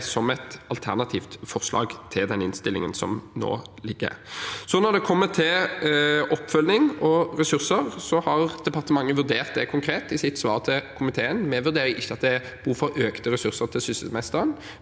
som et alternativt forslag til den innstillingen som nå ligger. Når det gjelder oppfølging og ressurser, har departementet vurdert det konkret i sitt svar til komiteen. Vi vurderer ikke at det er behov for økte ressurser til Sysselmesteren,